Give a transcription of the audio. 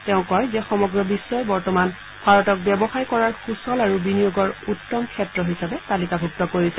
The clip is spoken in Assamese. তেওঁ কয় যে সমগ্ৰ বিখ্বই বৰ্তমান ভাৰতক ব্যৱসায় কৰাৰ সূচল আৰু বিনিয়োগৰ উত্তম ক্ষেত্ৰ হিচাপে তালিকাভুক্ত কৰিছে